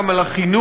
גם על החינוך,